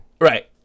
Right